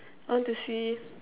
I want to see